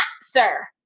sir